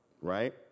Right